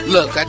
Look